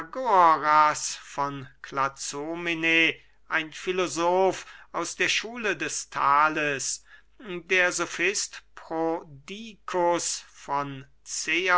von klazomene ein filosof aus der schule des thales der sofist prodikus von